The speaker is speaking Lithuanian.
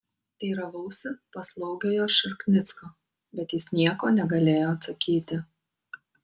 teiravausi paslaugiojo šarknicko bet ir jis nieko negalėjo atsakyti